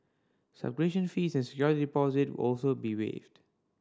subscription fees and security deposit also be waived